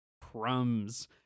crumbs